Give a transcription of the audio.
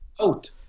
out